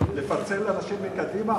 לפצל אנשים מקדימה?